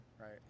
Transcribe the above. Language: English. right